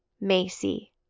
Macy